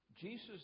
Jesus